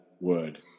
word